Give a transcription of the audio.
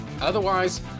Otherwise